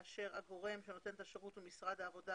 הגורם שנותן את השירות היא משרד העבודה,